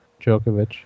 Djokovic